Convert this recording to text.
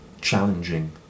challenging